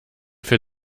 für